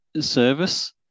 service